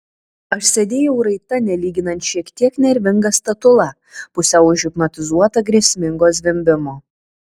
aš sėdėjau raita nelyginant šiek tiek nervinga statula pusiau užhipnotizuota grėsmingo zvimbimo